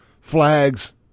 flags